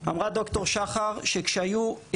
אמרה ד"ר שחר שכשהיו,